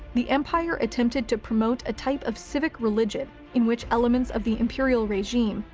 the empire attempted to promote a type of civic religion, in which elements of the imperial regime,